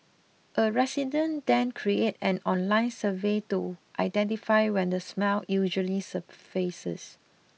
a resident then create an online survey to identify when the smell usually surfaces